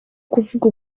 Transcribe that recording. kuvuga